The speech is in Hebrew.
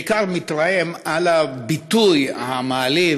אני בעיקר מתרעם על הביטוי המעליב,